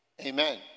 Amen